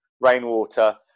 rainwater